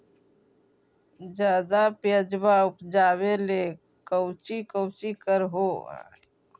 ज्यादा प्यजबा उपजाबे ले कौची कौची कर हो?